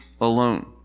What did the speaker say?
alone